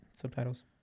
subtitles